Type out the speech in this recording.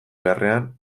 beharrean